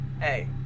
Hey